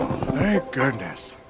goodness.